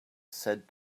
said